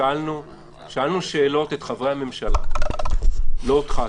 שאלנו שאלות את חברי הממשלה לא אותך,